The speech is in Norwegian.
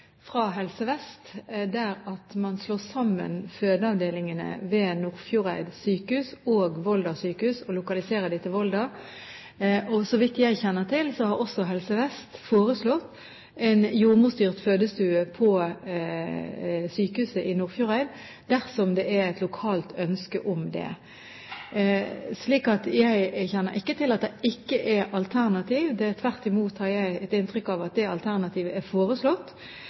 fra Helse Vest er jo at man slår sammen fødeavdelingene ved Nordfjordeid sjukehus og Volda sjukehus og lokaliserer det til Volda. Så vidt jeg kjenner til, har Helse Vest foreslått en jordmorstyrt fødestue på sykehuset i Nordfjordeid dersom det er et lokalt ønske om det. Jeg kjenner ikke til at det ikke er alternativer. Tvert imot har jeg inntrykk av at det alternativet er foreslått.